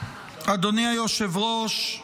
אדוני היושב-ראש,